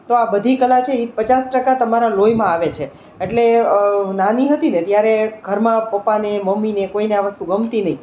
તો આ બધી કલા છે એ પચાસ ટકા તમારા લોહીમાં આવે છે એટલે નાની હતી ને ત્યારે ઘરમાં પપ્પાને મમ્મીને કોઈને આ વસ્તુ ગમતી નહીં